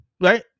Right